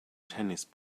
tennis